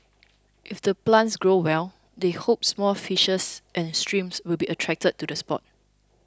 if the plants grow well they hope small fishes and shrimps will be attracted to the spot